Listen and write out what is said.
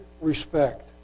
respect